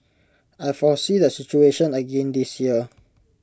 I foresee the situation again this year